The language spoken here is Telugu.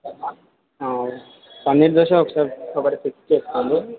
ఓకే పన్నీర్ దోశ ఒక ఒకటి ఫిక్స్ చేసుకోండి